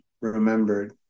remembered